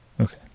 Okay